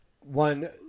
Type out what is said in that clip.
one